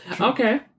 Okay